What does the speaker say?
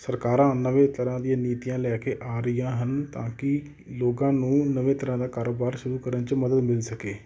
ਸਰਕਾਰਾਂ ਨਵੇਂ ਤਰ੍ਹਾਂ ਦੀਆਂ ਨੀਤੀਆਂ ਲੈ ਕੇ ਆ ਰਹੀਆਂ ਹਨ ਤਾਂ ਕਿ ਲੋਕਾਂ ਨੂੰ ਨਵੇਂ ਤਰ੍ਹਾਂ ਦਾ ਕਾਰੋਬਾਰ ਸ਼ੁਰੂ ਕਰਨ 'ਚ ਮੱਦਦ ਮਿਲ ਸਕੇ